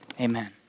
amen